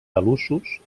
talussos